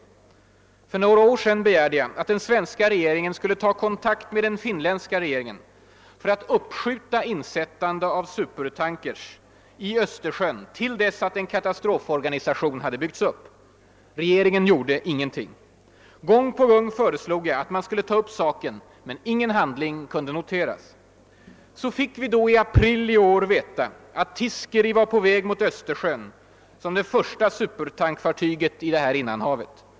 För några år sedan begärde jag att den svenska rege ringen skulle ta kontakt med den finländska regeringen för att uppskjuta insättande av supertankers i Östersjön till dess en <katastroforganisation hade byggts upp. Regeringen gjorde ingenting. Gång på gång föreslog jag att man skulle ta upp saken, men ingen handling kunde noteras. Så fick vi då i april i år veta att Tiiskeri var på väg mot Östersjön som det första supertankfartyget i det här innanhavet.